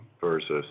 versus